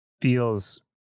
feels